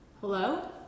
Hello